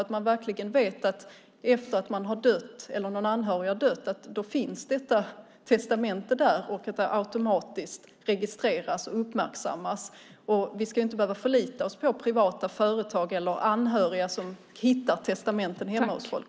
Man ska veta att testamentet finns där efter att man själv eller en anhörig har dött och att det automatiskt registreras och uppmärksammas. Vi ska inte behöva förlita oss på privata företag eller anhöriga som hittar testamenten hemma hos folk.